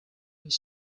was